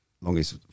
longest